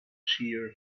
shear